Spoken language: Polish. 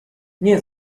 nie